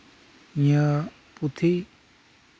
ᱱᱤᱭᱟᱹ ᱯᱩᱛᱷᱤ